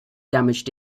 damaged